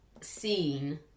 seen